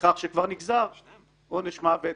לכך שכבר נגזר עונש מוות